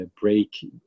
break